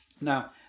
Now